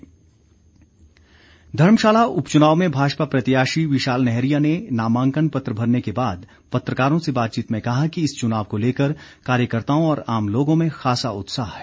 विशाल नैहरिया धर्मशाला उपचुनाव में भाजपा प्रत्याशी विशाल नैहरिया ने नामांकन पत्र भरने के बाद पत्रकारों से बातचीत में कहा कि इस चुनाव को लेकर कार्यकर्ताओं और आम लोगों में खासा उत्साह है